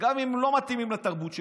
גם אם הם לא מתאימים לתרבות שלכם.